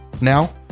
Now